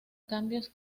cambios